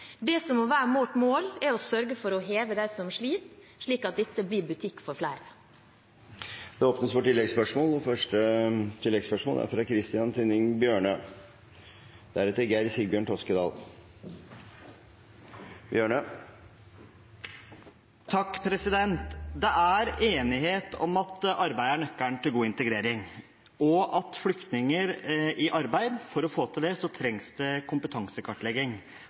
som må være vårt mål, er å sørge for å heve dem som sliter, slik at dette blir butikk for flere. Det åpnes for oppfølgingsspørsmål – først Christian Tynning Bjørnø. Det er enighet om at arbeid er nøkkelen til god integrering, og for å få flyktninger i arbeid trengs det kompetansekartlegging av hver enkelt flyktning for å definere hva slags påfyll de trenger. Selv om det er enighet om det,